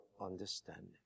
understanding